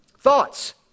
Thoughts